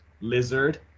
lizard